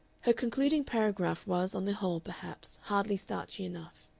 her concluding paragraph was, on the whole, perhaps, hardly starchy enough.